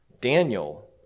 Daniel